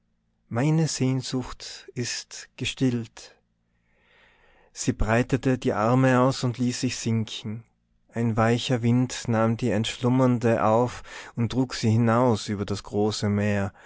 meine sehnsucht ist gestillt sie breitete die arme aus und ließ sich sinken ein weicher wind nahm die entschlummernde auf und trug sie hinaus über das große meer